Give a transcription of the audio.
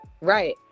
right